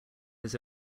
his